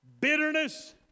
bitterness